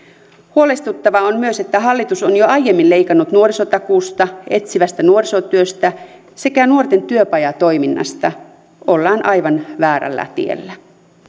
huolestuttavaa on myös että hallitus on jo aiemmin leikannut nuorisotakuusta etsivästä nuorisotyöstä sekä nuorten työpajatoiminnasta ollaan aivan väärällä tiellä